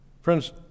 Friends